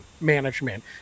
management